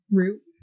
root